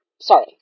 Sorry